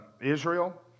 Israel